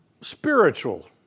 spiritual